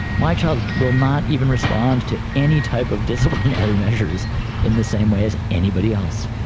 my child will not even respond to any type of disciplinary measures in the same way as anybody else.